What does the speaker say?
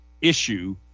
issue